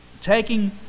taking